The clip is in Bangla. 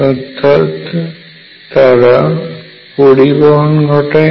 অর্থাৎ তারা পরিবহন ঘটায় না